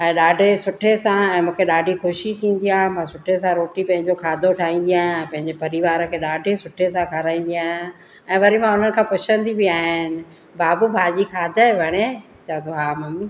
ऐं ॾाढो सुठे सां ऐं मूंखे ॾाढी ख़ुशी थींदी आहे मां सुठे सां रोटी पंहिंजो खाधो ठाहींदी आहियां पंहिंजे परिवार खे ॾाढे सुठे सां खाराईंदी आहियां ऐं वरी मां हुननि खां पुछंदी बि आहियां बाबू भाॼी खाधे वणियो चएतो हा ममी